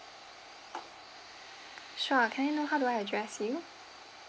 sure can I know how do I address you